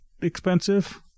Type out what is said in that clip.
expensive